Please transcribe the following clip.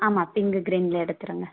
ஆமாம் பிங்கு க்ரீனில் எடுத்துடுங்க